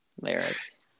lyrics